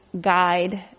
guide